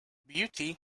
beauty